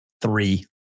three